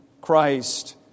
Christ